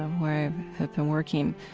um where i've been working,